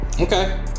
Okay